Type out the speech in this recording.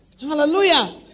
Hallelujah